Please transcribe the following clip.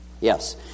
Yes